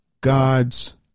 God's